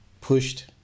pushed